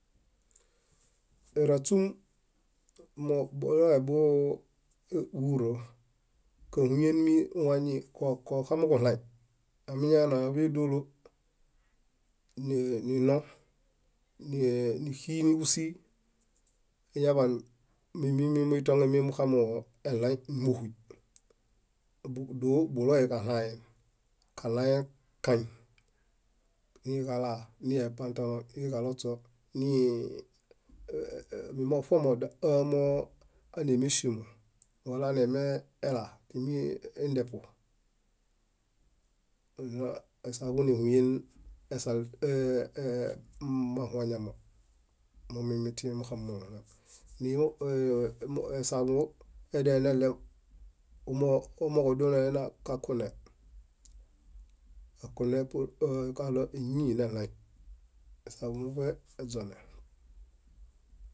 . Éraśum, mo buloe buu- búwuro. Káhuyen mi wañi ko- koxamuġuɭaĩ, amiñaena áḃedolo nii- nino, níxinuġusii, iñaḃaan mímimi muĩtongemi muxamueɭaĩ númuhuy. Dóo buloe kaɭaen, kaɭaen kañ, niiġalaa, niepãtalõ, niġalośo, mimoṗomo de- moo ánemeŝimu, wala anemeelaa timi endepu mónna esaḃu néhuyen esal e- e- mahuoñamo momuimitĩhe muxamimuɭaĩ. Ée- esaḃu ediale neɭew kumooġo kumooġo donoena kakune, kakune pur kaɭo éñineɭaĩ, esaḃu muṗe eźone.